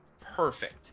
perfect